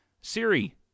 Siri